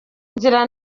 inzira